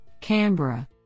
Canberra